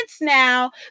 now